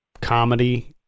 comedy